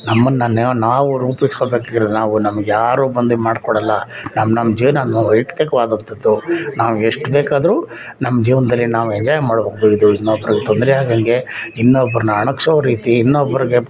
ನಮ್ಮನ್ನು ನಾವು ರೂಪಿಸ್ಕೊಳ್ಬೇಕಿರೋದು ನಾವು ನಮ್ಗೆ ಯಾರೂ ಬಂದು ಇದು ಮಾಡ್ಕೊಡೋಲ್ಲ ನಮ್ಮ ನಮ್ಮ ಜೀವನ ನಮ್ಮ ವೈಯಕ್ತಿಕವಾದಂಥದ್ದು ನಾವು ಎಷ್ಟು ಬೇಕಾದ್ರೂ ನಮ್ಮ ಜೀವನ್ದಲ್ಲಿ ನಾವು ಎಂಜಾಯ್ ಮಾಡಬೇಕು ಇದು ಇನ್ನೊಬ್ರಿಗೆ ತೊಂದರೆ ಆಗ್ದಂತೆ ಇನ್ನೊಬ್ಬರನ್ನ ಅಣಕ್ಸೋ ರೀತಿ ಇನ್ನೊಬ್ಬರಿಗೆ